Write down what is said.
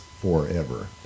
forever